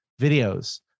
videos